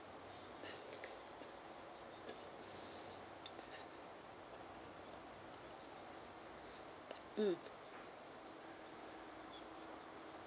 mm